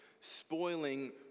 spoiling